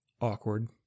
awkward